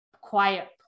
quiet